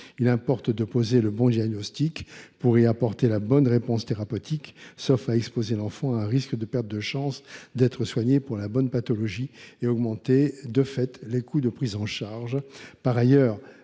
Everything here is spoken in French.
Il importe de poser le bon diagnostic, pour y apporter la bonne réponse thérapeutique, sauf à exposer l’enfant à un risque de perte de chance d’être soigné pour la bonne pathologie et à augmenter, de fait, les coûts de prise en charge. Par ailleurs,